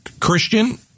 Christian